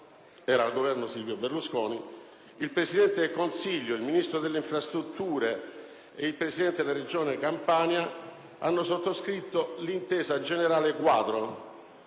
(era al Governo Silvio Berlusconi), il Presidente del Consiglio, il Ministro delle infrastrutture e il Presidente della Regione Campania hanno sottoscritto l'Intesa generale quadro